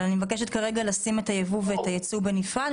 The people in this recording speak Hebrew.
אבל אני מבקשת כרגע לשים את הייבוא והייצוא בנפרד,